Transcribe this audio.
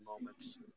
Moments